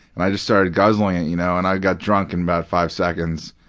and i just started guzzling it. you know and i got drunk in about five seconds.